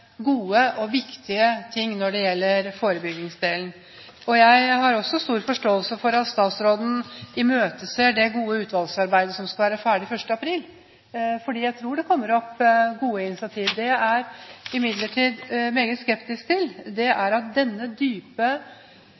Jeg har også stor forståelse for at statsråden imøteser det gode utvalgsarbeidet som skal være ferdig 1. april, for jeg tror det kommer opp gode initiativer. Det jeg imidlertid er meget skeptisk til, er at